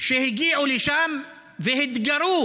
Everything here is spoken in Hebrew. שהגיעו לשם והתגרו,